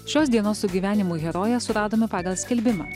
šios dienos sugyvenimų heroję suradome pagal skelbimą